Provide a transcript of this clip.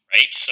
Right